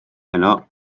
heno